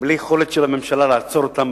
בלי יכולת של הממשלה לעצור אותן,